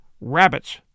Rabbits